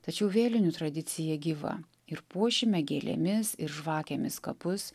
tačiau vėlinių tradicija gyva ir puošime gėlėmis ir žvakėmis kapus